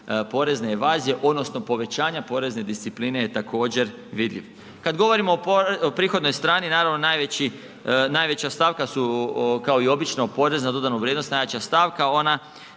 porezne evazije odnosno povećanja porezne discipline je također vidljiv. Kada govorimo o prihodnoj strani naravno najveća stavka su kao i obično porez na dodanu vrijednost, najjača stavka, ona,